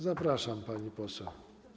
Zapraszam, pani poseł.